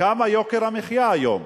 מה יוקר המחיה היום,